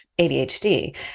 ADHD